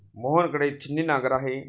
मोहन कडे छिन्नी नांगर आहे